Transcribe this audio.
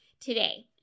today